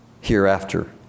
hereafter